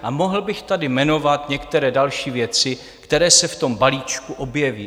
A mohl bych tady jmenovat některé další věci, které se v tom balíčku objeví.